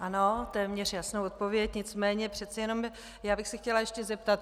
Ano, téměř jasnou odpověď, nicméně přece jenom bych se chtěla ještě zeptat.